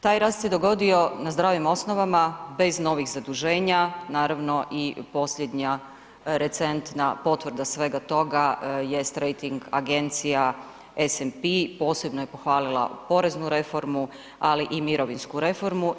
Taj rast se dogodio na zdravim osnovama bez novih zaduženja, naravno i posljednja recentna potvrda svega toga jest rejting Agencija SMP-i posebno je pohvalila poreznu reformu, ali i mirovinsku reformu.